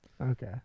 Okay